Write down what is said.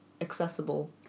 accessible